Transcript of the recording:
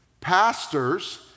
Pastors